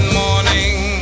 morning